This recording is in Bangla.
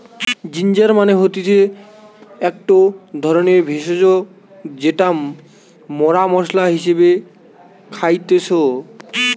জিঞ্জার মানে হতিছে একটো ধরণের ভেষজ যেটা মরা মশলা হিসেবে খাইতেছি